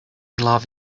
love